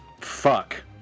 Fuck